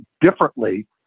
differently